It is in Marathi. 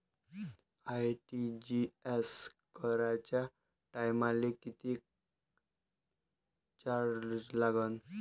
आर.टी.जी.एस कराच्या टायमाले किती चार्ज लागन?